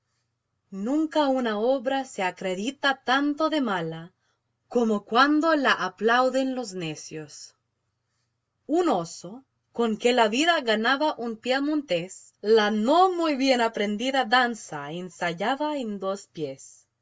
nunca una obra se acredita tanto de mala como cuando la aplauden los necios un oso con que la vida ganaba un piamontés la no muy bien aprendida danza ensayaba en dos pies